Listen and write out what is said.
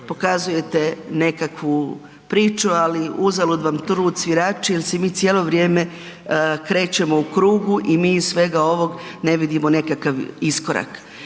pokazujete nekakvu priču, ali uzalud vam trud svirači jer se mi cijelo vrijeme krećemo u krugu i mi iz svega ovog ne vidimo nekakav iskorak